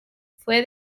fue